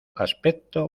aspecto